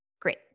Great